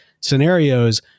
Scenarios